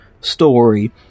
story